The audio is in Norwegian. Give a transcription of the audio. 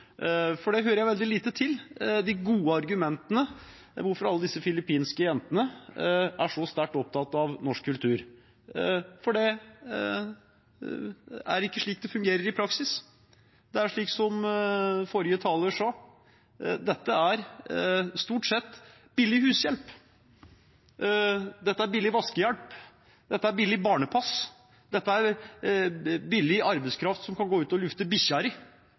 For jeg hører veldig lite til de gode argumentene for hvorfor alle disse filippinske jentene er så sterkt opptatt av norsk kultur. Det er ikke slik det fungerer i praksis. Det er slik som forrige taler sa: Dette er stort sett billig hushjelp, dette er billig vaskehjelp, dette er billig barnepass, dette er billig arbeidskraft som kan gå ut og lufte